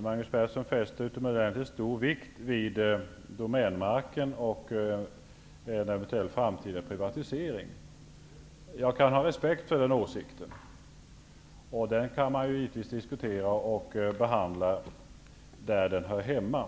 Magnus Persson fäster utomordentligt stor vikt vid Domänmarken och detta med en eventuell framtida privatisering. Jag kan ha respekt för hans framförda åsikt, som givetvis kan diskuteras och tas upp till behandling i det sammanhang där den hör hemma.